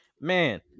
man